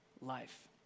life